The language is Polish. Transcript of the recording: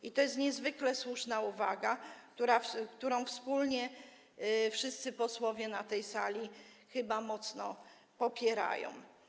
I to jest niezwykle słuszna uwaga, którą wspólnie wszyscy posłowie na tej sali chyba mocno popierają.